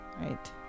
Right